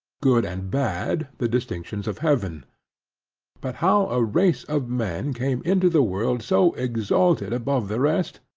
good and bad the distinctions of heaven but how a race of men came into the world so exalted above the rest,